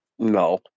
No